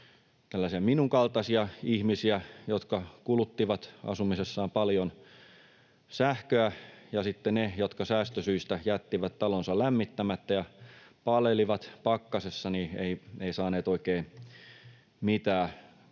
minun kaltaisiani ihmisiä, jotka kuluttivat asumisessaan paljon sähköä, ja sitten ne, jotka säästösyistä jättivät talonsa lämmittämättä ja palelivat pakkasessa, eivät saaneet oikein mitään.